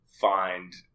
find